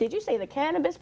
did you say the candidates